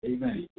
Amen